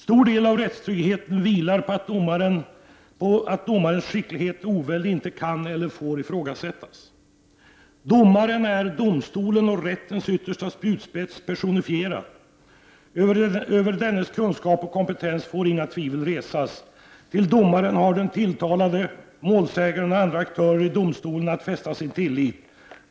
Stor del av rättstryggheten vilar på att domarens skicklighet och oväld inte kan eller får ifrågasättas. Domaren är domstolens och rättens yttersta spjutspets personifierad. Över dennes kunskap och kompetens får inga tvivel resas. Till domaren har den tilltalade, målsägaren och andra aktörer i domstolen att fästa sin tillit.